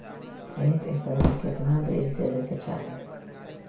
एक एकड़ मे केतना बीज देवे के चाहि?